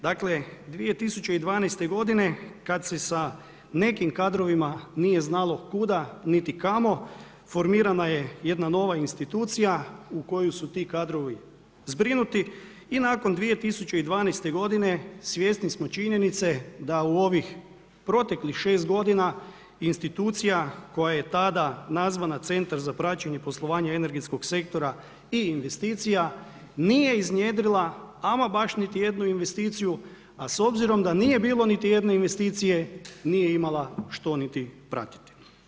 Dakle, 2012. g. kada se s nekim kadrovima nije znalo kuda, niti kamo, formirana je jedna nova institucija, u koju su ti kadrovi zbrinuti i nakon 2012. g. svjesni smo činjenice, da u ovih proteklih 6 g. institucija, koja je tada nazvana centar za praćenje poslovanja energetskog sektora i investicija, nije iznjedrila ama baš niti jednu investiciju, a s obzirom da nije bilo niti jedne investicije, nije imala što niti pratiti.